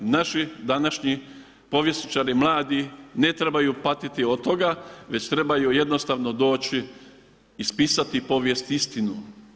Naši današnji povjesničari mladi ne trebaju patiti od toga već trebaju jednostavno doći, ispisati povijest istinu.